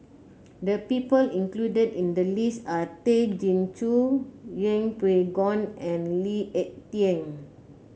the people included in the list are Tay Chin Joo Yeng Pway Ngon and Lee Ek Tieng